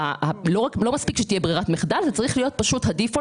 לא מספיק שתהיה ברירת מחדל אלא זה צריך להיות הדיפולט,